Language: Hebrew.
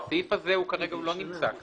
הסעיף הזה הוא כרגע לא נמצא כאן.